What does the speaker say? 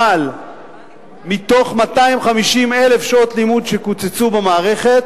אבל מתוך 250,000 שעות לימוד שקוצצו במערכת,